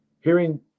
hearing